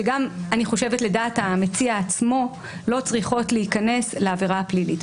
שלדעתי גם לדעת המציע עצמו לא צריכות להיכנס לעבירה הפלילית.